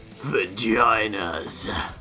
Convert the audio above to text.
Vaginas